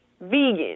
vegan